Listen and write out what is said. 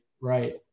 Right